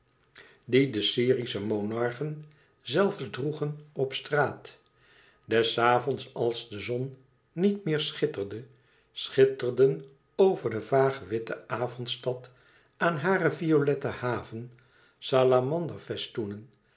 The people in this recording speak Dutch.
die de syrische monarchen zelfs droegen op straat des avonds als de zon niet meer schitterde schitterden over de vaag witte avondstad aan hare violette haven salamander festoenen